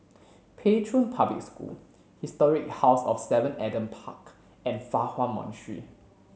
Pei Chun Public School Historic House of Seven Adam Park and Fa Hua Monastery